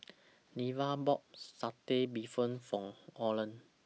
Neva bought Satay Bee Hoon For Olen